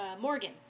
Morgan